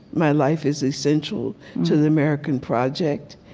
my life is essential to the american project.